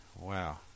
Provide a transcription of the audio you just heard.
wow